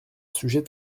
sujet